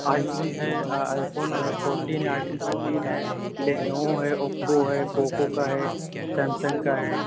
آئی phone ہے iPhone fourteen ہے iPhone thirteen ہے لینووو ہے اوپو ہے پوکو